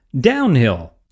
downhill